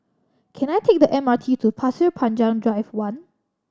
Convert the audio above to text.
can I take the M R T to Pasir Panjang Drive One